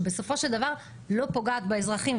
לראות שבסופו של דבר היא לא פוגעת באזרחים.